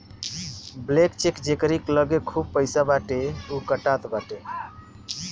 blank cheque जेकरी लगे खूब पईसा बाटे उ कटात बाटे